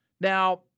Now